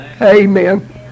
Amen